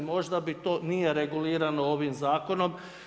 Možda to nije regulirano ovim zakonom.